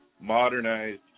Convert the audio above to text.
modernized